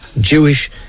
Jewish